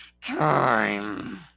time